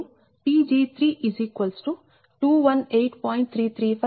335 MW వచ్చాయి